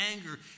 anger